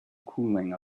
cooling